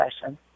session